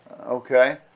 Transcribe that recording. Okay